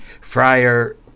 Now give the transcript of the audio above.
Friar